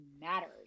matters